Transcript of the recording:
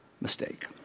mistake